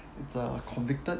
it's uh convicted